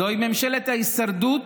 זוהי ממשלת ההישרדות